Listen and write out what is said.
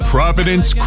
Providence